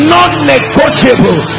Non-negotiable